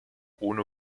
ohne